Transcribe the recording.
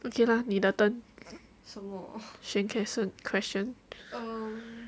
okay lah 你的选 question